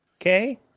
Okay